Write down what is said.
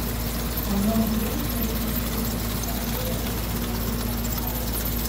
o joms dėmesio reikia skirti ypač rudenį kai orai atšąla